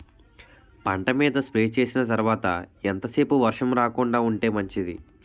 పంట మీద స్ప్రే చేసిన తర్వాత ఎంత సేపు వర్షం రాకుండ ఉంటే మంచిది?